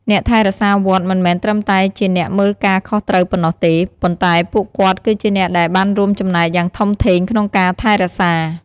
អ្នកថែរក្សាវត្តមិនមែនត្រឹមតែជាអ្នកមើលការខុសត្រូវប៉ុណ្ណោះទេ ប៉ុន្តែពួកគាត់គឺជាអ្នកដែលបានរួមចំណែកយ៉ាងធំធេងក្នុងការថែរក្សា។